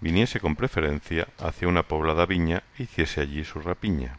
viniese con preferencia hacia una poblada viña e hiciese allí su rapiña